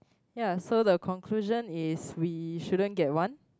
ya so the conclusion is we shouldn't get one